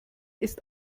ist